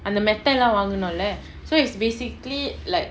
அந்த மெத்தலா வாங்குனோல:antha methala vangunola so it's basically like